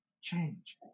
change